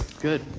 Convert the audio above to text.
good